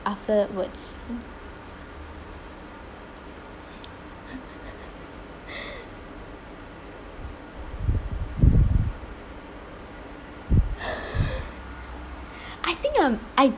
afterwards I think um I